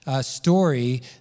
story